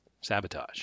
sabotage